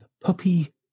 puppy